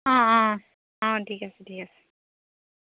অঁ অঁ অঁ অঁ ঠিক আছে ঠিক আছে